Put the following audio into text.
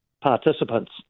participants